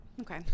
Okay